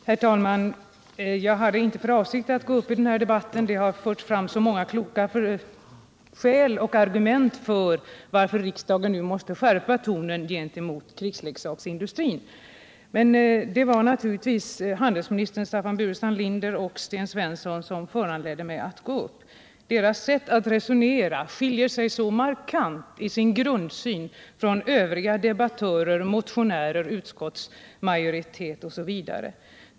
Herr talman! Jag hade inte för avsikt att gå upp i den här debatten, och här har också framförts så många kloka skäl och argument för att riksdagen nu måste skärpa tonen gentemot krigsleksaksindustrin. Men det som gjorde att jag begärde ordet var naturligtvis handelsminister Burenstam Linders och Sten Svenssons anföranden. Deras sätt att resonera skiljer sig i sin grundsyn markant från övriga debattörer, motionärer, utskottsmajoritet osv.